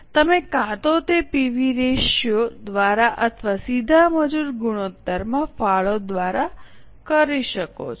તમે કાં તો તે પીવી રેશિયો દ્વારા અથવા સીધા મજૂર ગુણોત્તરમાં ફાળો દ્વારા કરી શકો છો